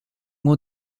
haut